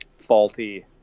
faulty